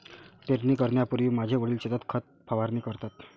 पेरणी करण्यापूर्वी माझे वडील शेतात खत फवारणी करतात